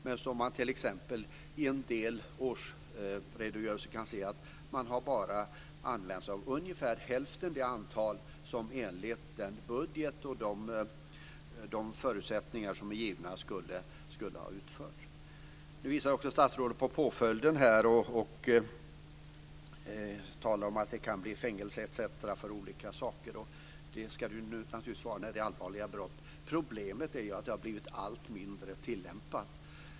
Man kan t.ex. se i en del årsredogörelser att bara ungefär hälften utförs av det antal som skulle ha utförts enligt den budget och de förutsättningar som är givna. Nu visar också statsrådet på påföljden och talar om att det kan bli fängelse etc. för olika saker, och det ska det naturligtvis vara när det är fråga om allvarliga brott. Problemet är att det har blivit allt mindre tillämpat.